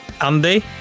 Andy